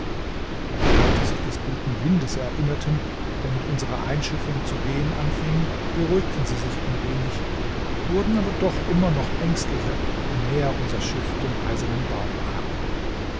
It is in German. da die leute sich des guten windes erinnerten der mit unserer einschiffung zu wehen anfing beruhigten sie sich ein wenig wurden aber doch immer noch ängstlicher je näher unser schiff dem eisernen baum kam